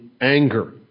anger